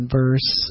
verse